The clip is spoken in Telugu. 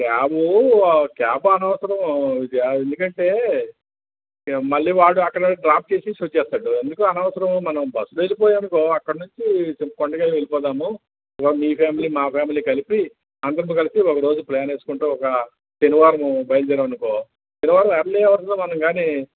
క్యాబు క్యాబ్ అనసరం విజయ ఎందుకంటే మళ్ళీ వాడు అక్కడ డ్రాప్ చేసేసొచ్చేస్తాడు ఎందుకు అనవసరం మనం బస్ లో వెళ్లిపోయాం అనుకో అక్కడ నుంచి కొండమీద వెళ్లిపోదాం మీ ఫ్యామిలీ మా ఫ్యామిలీ కలిపి అందరిని కలిపి ఒక రోజు ప్లాన్ వేసుకుంటే ఒక శనివారం బయల్దేరాం అనుకో శనివారం ఎర్లీ అవర్స్ లో మనంగాని